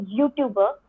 YouTuber